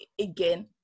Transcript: again